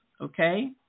okay